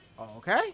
Okay